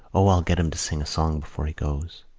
o, i'll get him to sing a song before he goes.